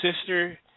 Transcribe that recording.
sister